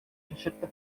şaşırttı